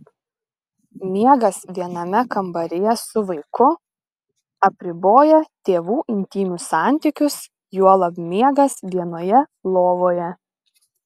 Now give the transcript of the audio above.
miegas viename kambaryje su vaiku apriboja tėvų intymius santykius juolab miegas vienoje lovoje